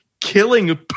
killing